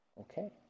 Okay